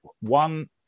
one